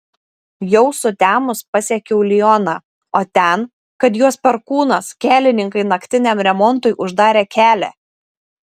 jau sutemus pasiekiau lioną o ten kad juos perkūnas kelininkai naktiniam remontui uždarė kelią